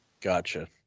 Gotcha